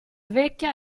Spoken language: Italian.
vecchia